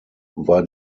war